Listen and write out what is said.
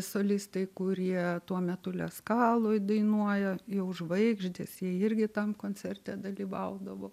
solistai kurie tuo metu leskaloj dainuoja jau žvaigždės jie irgi tam koncerte dalyvaudavo